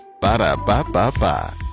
Ba-da-ba-ba-ba